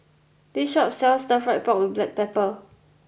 this shop sells Stir Fried Pork with Black Pepper